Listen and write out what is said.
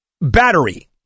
battery